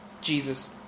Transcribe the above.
Jesus